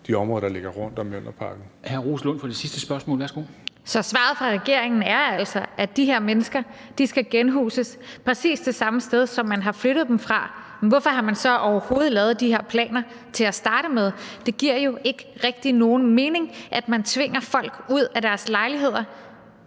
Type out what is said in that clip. Værsgo. Kl. 14:26 Rosa Lund (EL): Så svaret fra regeringen er altså, at de her mennesker skal genhuses præcis det samme sted, som man har flyttet dem fra. Hvorfor har man så overhovedet lavet de her planer til at starte med? Det giver jo ikke rigtig nogen mening, at man tvinger folk ud af deres lejligheder